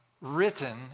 written